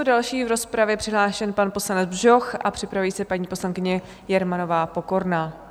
Další je v rozpravě přihlášen pan poslanec Bžoch a připraví se paní poslankyně Jermanová Pokorná.